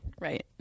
right